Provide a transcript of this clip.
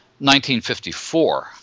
1954